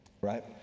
right